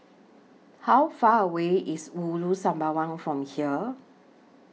How Far away IS Ulu Sembawang from here